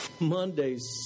mondays